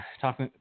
talk